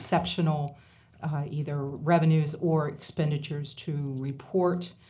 expectational either revenues or expenditures to report.